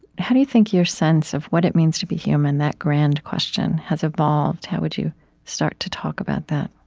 how do you think your sense of what it means to be human, that grand question, has evolved? how would you start to talk about that?